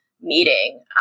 meeting